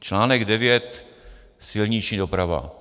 Článek 9 Silniční doprava.